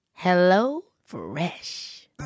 HelloFresh